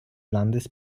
landes